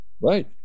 Right